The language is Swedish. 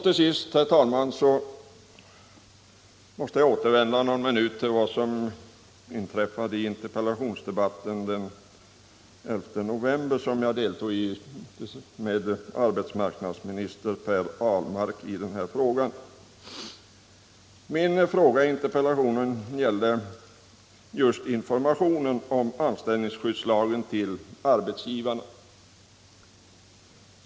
Till sist, herr talman, måste jag återvända någon minut till vad som inträffade i den interpellationsdebatt i denna fråga den 11 november som jag och arbetsmarknadsminister Per Ahlmark deltog i. Frågan i min interpellation gällde informationen till arbetsgivarna om anställningsskyddslagen.